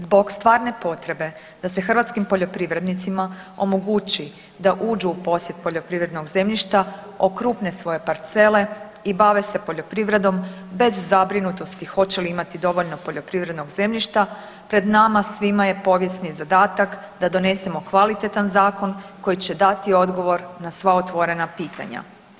Zbog stvarne potrebe da se hrvatskim poljoprivrednicima omogući da uđu u posjed poljoprivrednog zemljišta okrupne svoje parcele i bave se poljoprivrednom bez zabrinutosti hoće li imati dovoljno poljoprivrednog zemljišta pred nama svima je povijesni zadatak da donesemo kvalitetan zakon koji će dati odgovor na sva otvorena pitanja.